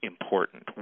important